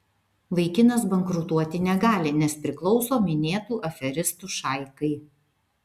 vaikinas bankrutuoti negali nes priklauso minėtų aferistų šaikai